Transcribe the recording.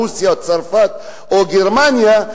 רוסיה או צרפת או גרמניה,